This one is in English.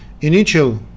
initial